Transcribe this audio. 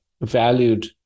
valued